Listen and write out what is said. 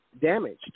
damaged